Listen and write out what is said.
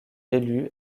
élu